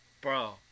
Bro